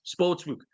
Sportsbook